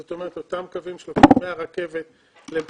זאת אומרת, אותם קווים שנוסעים מהרכבת למקומות